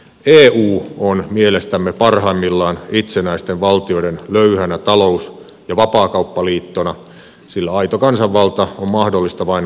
eu on mielestämme parhaimmillaan itsenäisten valtioiden löyhänä talous ja vapaakauppaliittona sillä aito kansanvalta on mahdollista vain kansallisvaltioissa